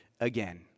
again